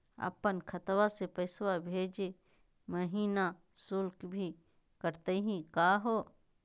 अपन खतवा से पैसवा भेजै महिना शुल्क भी कटतही का हो?